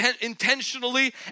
intentionally